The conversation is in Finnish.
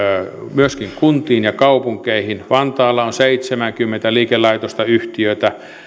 myöskin kuntiin ja kaupunkeihin vantaalla on seitsemänkymmentä liikelaitosta yhtiötä